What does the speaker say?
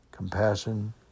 Compassion